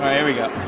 here we go.